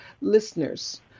listeners